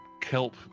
kelp